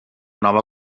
nova